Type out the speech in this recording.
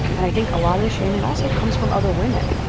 and i think a lot of the shaming also comes from other women.